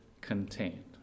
contained